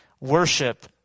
worship